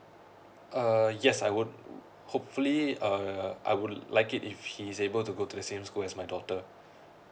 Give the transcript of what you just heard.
uh yes I would hopefully uh I would like it if he is able to go to the same school as my daughter